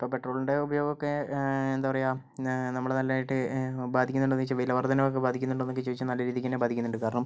ഇപ്പോൾ പെട്രോളിൻ്റെ ഉപയോഗമൊക്കെ എന്താ പറയുക നമ്മള് നല്ലതായിട്ട് ബാധിക്കുന്നുണ്ടോയെന്ന് ചോദിച്ചാൽ വില വർദ്ധനവൊക്കെ ബാധിക്കുന്നുണ്ടോ എന്നൊക്കെ ചോദിച്ചാൽ നല്ല രീതിക്ക് തന്നെ ബാധിക്കുന്നുണ്ട് കാരണം